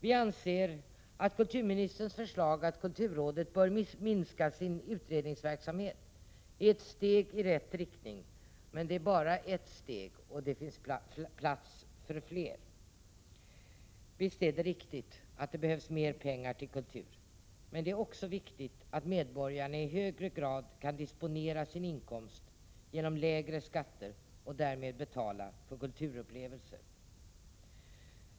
Vi anser att kulturministerns förslag att kulturrådet bör minska sin utredningsverksamhet är ett steg i rätt riktning, men det är bara ett steg, och det finns plats för fler. Visst är det riktigt att det behövs mer pengar till kultur, men det är också viktigt att medborgarna i högre grad kan disponera sin inkomst genom lägre skatter och därmed betala för kulturupplevelser.